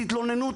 תתלוננו,